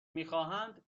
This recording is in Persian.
میخواهند